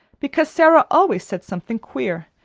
because sara always said something queer,